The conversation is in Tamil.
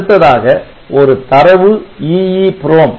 அடுத்ததாக ஒரு தரவு EEPROM